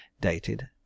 dated